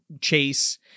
chase